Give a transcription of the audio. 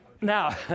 Now